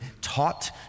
taught